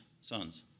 sons